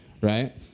right